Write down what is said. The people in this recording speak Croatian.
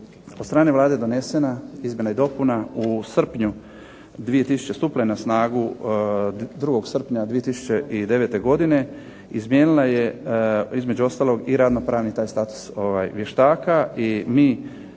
od strane Vlade donesena izmjena i dopuna u srpnju, stupila je na snagu 2. srpnja 2009. godine. Izmijenila je između ostalog i radno-pravni taj status vještaka